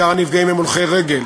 עיקר הנפגעים הם הולכי רגל,